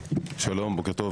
שלום בוקר טוב,